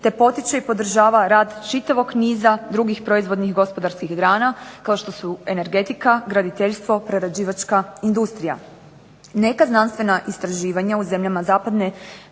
te potiče i podržava rad čitavog niza drugih proizvodnih gospodarskih grana kao što su energetika, graditeljstvo, prerađivačka industrija. Neka znanstvena istraživanja u zemljama zapadne